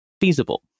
feasible